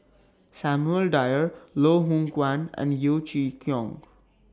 Samuel Dyer Loh Hoong Kwan and Yeo Chee Kiong